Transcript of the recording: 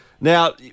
Now